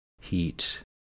heat